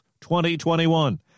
2021